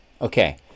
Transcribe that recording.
Okay